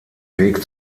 weg